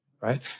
right